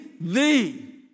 thee